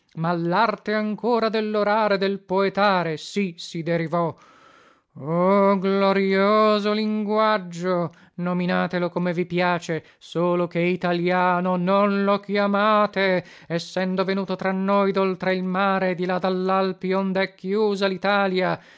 ma larte ancora dellorare e del poetare sì si derivò oh glorioso linguaggio nominatelo come vi piace solo che italiano non lo chiamate essendo venuto tra noi doltre il mare e di là dallalpi onde è chiusa